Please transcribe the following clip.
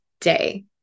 day